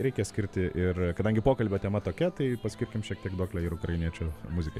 reikia skirti ir kadangi pokalbio tema tokia tai paskirkim šiek tiek duoklę ir ukrainiečių muzikai